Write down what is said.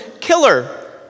killer